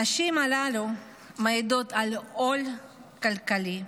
הנשים הללו מעידות על עול כלכלי,